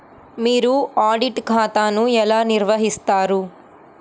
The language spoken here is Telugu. మీరు ఆడిట్ ఖాతాను ఎలా నిర్వహిస్తారు?